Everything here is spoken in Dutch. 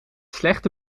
slechte